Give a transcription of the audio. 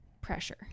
pressure